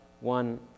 one